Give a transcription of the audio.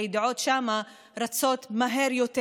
הידיעות שם רצות מהר יותר,